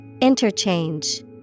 Interchange